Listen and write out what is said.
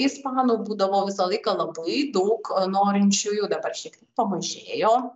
ispanų būdavo visą laiką labai daug norinčiųjų dabar šiek pamažėjo